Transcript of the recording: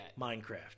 Minecraft